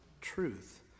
truth